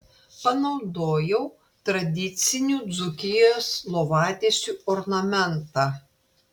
panaudojau tradicinių dzūkijos lovatiesių ornamentą